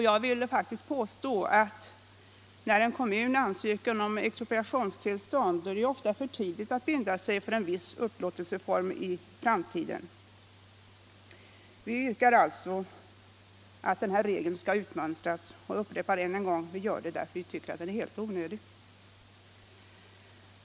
Jag vill faktiskt — Expropriationslapåstå att när kommuner ansöker om expropriationstillstånd är det ofta — gen och förköpslaför tidigt att binda sig för en viss upplåtelseform i framtiden. Vi yrkar gen, m.m. alltså på att den här regeln utmönstras. Jag upprepar än en gång att vi gör det därför att vi tycker att den är helt onödig.